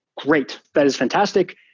great! that is fantastic.